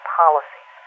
policies